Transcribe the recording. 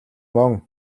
мөн